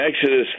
Exodus